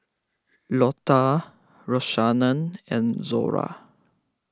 Lotta Rashaan and Zora